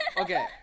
Okay